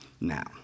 now